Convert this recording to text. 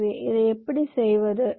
எனவே இதை எப்படி செய்வது